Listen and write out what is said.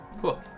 Cool